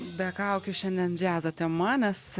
be kaukių šiandien džiazo tema nes